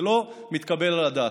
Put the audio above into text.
זה לא מתקבל על הדעת.